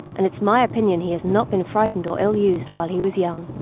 and it's my opinion he has not been frightened or ill-used while he was young.